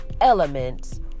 elements